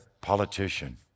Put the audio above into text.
politician